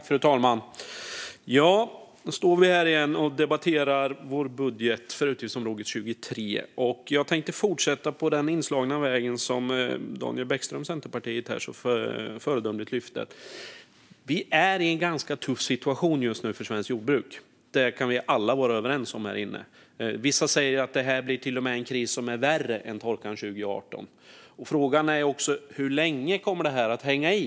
Fru talman! Då står vi här igen och debatterar vår budget för utgiftsområde 23. Jag tänkte fortsätta på den väg som Daniel Bäckström från Centerpartiet så föredömligt slog in på. Vi är i en ganska tuff situation just nu för svenskt jordbruk. Det kan vi alla vara överens om här inne. Vissa säger att det här till och med blir en värre kris än torkan 2018. Frågan är också hur länge den kommer att hänga i.